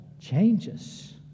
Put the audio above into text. changes